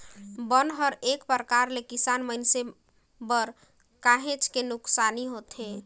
बन हर एक परकार ले किसान मइनसे बर काहेच के नुकसानी होथे